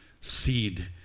seed